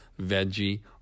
veggie